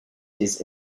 his